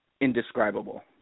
indescribable